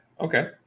Okay